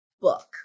book